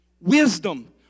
Wisdom